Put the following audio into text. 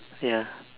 ya